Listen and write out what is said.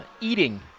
eating